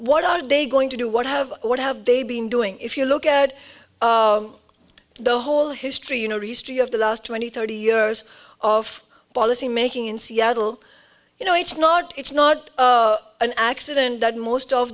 what are they going to do what have what have they been doing if you look at the whole history you know restrict of the last twenty thirty years of policy making in seattle you know it's not it's not an accident that most of